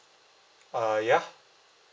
uh ya